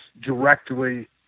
directly